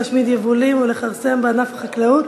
להשמיד יבולים ולכרסם בענף החקלאות